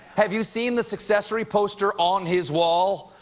have you seen the successory poster on his wall?